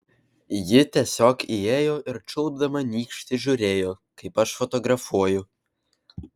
ji tiesiog įėjo ir čiulpdama nykštį žiūrėjo kaip aš fotografuoju